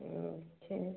अच्छा